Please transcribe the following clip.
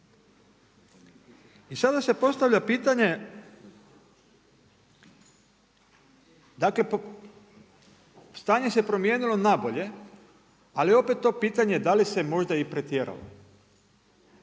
I sada se postavlja pitanje, dakle stanje se promijenilo na bolje ali opet to pitanje da li se možda i pretjeralo.